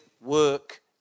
work